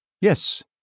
Yes